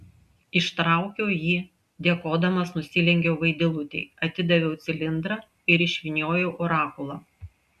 ištraukiau jį dėkodamas nusilenkiau vaidilutei atidaviau cilindrą ir išvyniojau orakulą